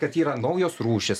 kad yra naujos rūšys